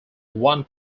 one